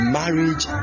marriage